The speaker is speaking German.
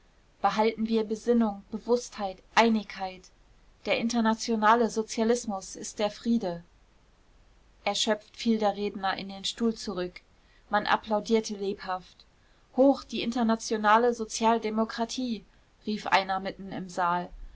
behalten wir besinnung bewußtheit einigkeit der internationale sozialismus ist der friede erschöpft fiel der redner in den stuhl zurück man applaudierte lebhaft hoch die internationale sozialdemokratie rief einer mitten im saal